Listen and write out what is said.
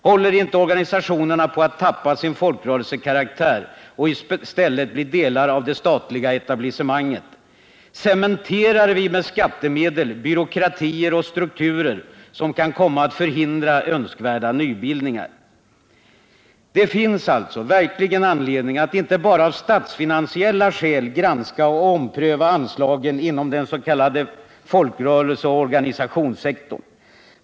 Håller inte organisationerna på att tappa sin folkrörelsekaraktär och i stället bli delar av det statliga etablissemanget? Cementerar vi med skattemedel byråkratier och strukturer, som kan komma att förhindra önskvärda nybildningar? Det finns alltså verkligen anledning att inte bara av statsfinansiella skäl granska och ompröva anslaget inom den s.k. folkrörelseoch organisationssektorn.